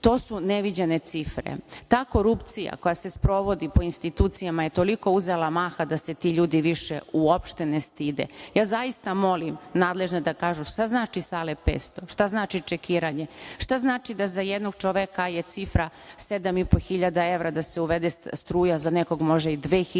To su neviđene cifre. Ta korupcija koja se sprovodi po institucijama je toliko uzela maha da se ti ljudi više uopšte ne stide. Zaista molim nadležne da kažu šta znači Sale 500, šta znači čekiranje, šta znači da za jednog čoveka je cifra 7500 evra da se uvede struja, a za nekog može i 2000, a